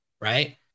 right